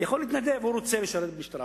הוא יכול להתנדב, להגיד שהוא רוצה לשרת במשטרה.